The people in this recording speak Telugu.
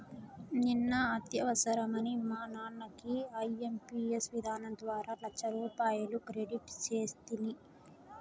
నిన్న అత్యవసరమని మా నాన్నకి ఐఎంపియస్ విధానం ద్వారా లచ్చరూపాయలు క్రెడిట్ సేస్తిని